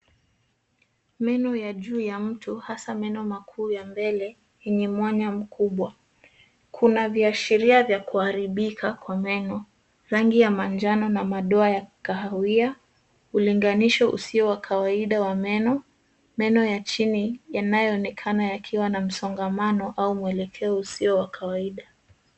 Meno ya juu ya mtu hasa meno makuu ya mbele yenye mwanya mkubwa. Kuna viashiria vya kuharibika kwa meno. Rangi ya manjano na madoa ya kahawia, ulinganisho usio wa kawaida wa meno, meno ya chini yanayoonekana yakiwa na msongamano au mwelekeo usio wa kawaida.